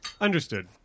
Understood